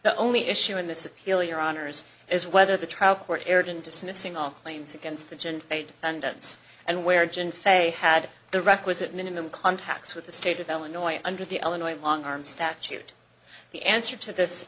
the only issue in this appeal your honour's is whether the trial court erred in dismissing all claims against the a defendant's and where jhon face had the requisite minimum contacts with the state of illinois under the illinois long arm statute the answer to this